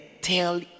tell